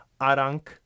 Arank